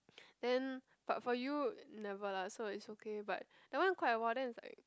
then but for you never lah so it's okay but that one quite a while then it's like